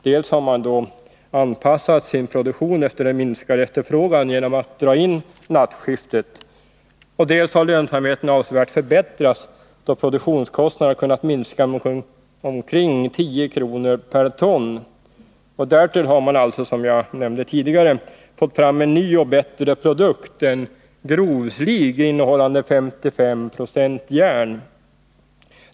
Dels har man anpassat produktionen efter den minskade efterfrågan genom att dra in nattskiftet, dels har lönsamheten avsevärt förbättrats med påföljd att produktionskostnaderna har kunnat minska med omkring 10 kr. per ton. Dessutom har man, som jag nämnde tidigare, fått fram en ny och bättre produkt, en grov slig, innehållande 55 96 järn.